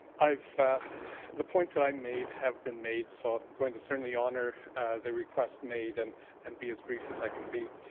i've the points that i made have been made so i'm going to certainly honour the request made and and be as brief as i can be.